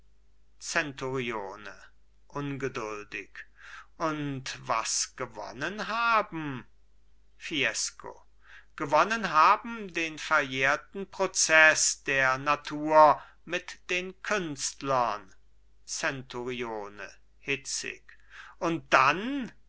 zenturione ungeduldig und was gewonnen haben fiesco gewonnen haben den verjährten prozeß der natur mit den künstlern zenturione hitzig und dann